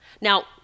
Now